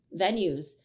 venues